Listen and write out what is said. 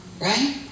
Right